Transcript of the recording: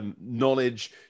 knowledge